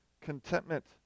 contentment